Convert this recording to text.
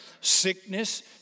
sickness